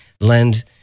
lend